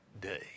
day